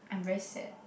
I'm very sad